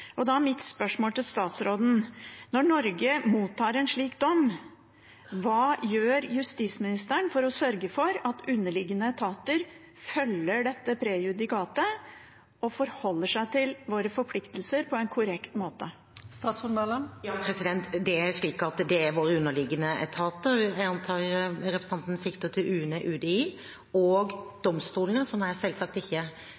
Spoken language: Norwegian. konvensjonen. Da er mitt spørsmål til statsråden: Når Norge mottar en slik dom, hva gjør justisministeren for å sørge for at underliggende etater følger dette prejudikatet og forholder seg til våre forpliktelser på en korrekt måte? Det er våre underliggende etater – jeg antar representanten sikter til UNE og UDI – og